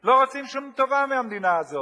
לא רוצים שום טובה מהמדינה הזאת.